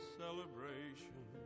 celebration